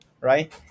right